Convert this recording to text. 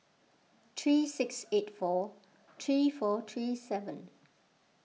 three six eight four three four three seven